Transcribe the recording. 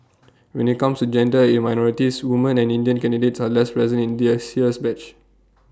when IT comes gender and minorities woman and Indian candidates are less present in this year's batch